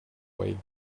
way